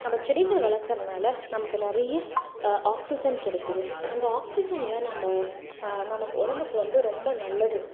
நம்ம செடிகள் வளர்க்கறனால நமக்கு நிறைய ஆக்சிஜன் கிடைக்குது அந்த ஆக்சிஜனில் நம்ம நமக்கு உடம்புக்கு வந்து ரொம்ப நல்லது